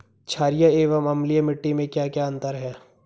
छारीय एवं अम्लीय मिट्टी में क्या क्या अंतर हैं?